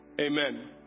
Amen